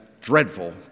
dreadful